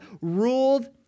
ruled